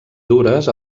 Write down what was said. dures